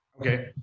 Okay